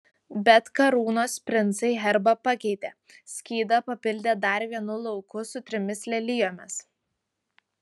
bet karūnos princai herbą pakeitė skydą papildė dar vienu lauku su trimis lelijomis